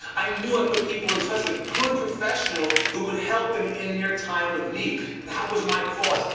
i knew i put people in touch with good professionals who could help them in their time of need. that was my course.